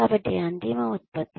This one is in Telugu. కాబట్టి అంతిమ ఉత్పత్తి